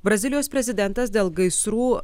brazilijos prezidentas dėl gaisrų